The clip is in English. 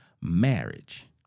Marriage